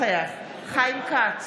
חיים כץ,